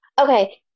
Okay